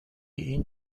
این